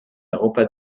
europa